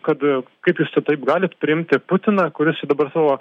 kad kaip jūs čia taip galit priimti putiną kuris čia dabar savo